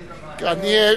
שלום, אדוני.